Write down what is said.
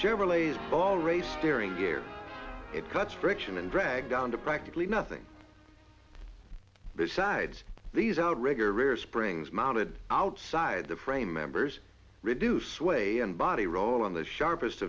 chevrolets all race steering gear it cuts friction and drag down to practically nothing besides these outrigger rear springs mounted outside the frame members reduce way and body roll on the sharpest